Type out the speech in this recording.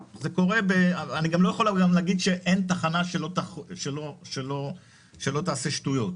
אני גם לא יכול להגיד שאין תחנה שלא תעשה שטויות.